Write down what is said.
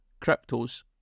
cryptos